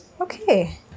Okay